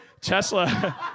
Tesla